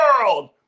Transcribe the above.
world